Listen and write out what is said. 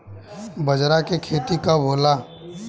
बजरा के खेती कब होला?